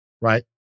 right